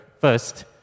first